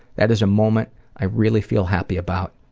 that is a moment i really feel happy about,